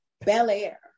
Bel-Air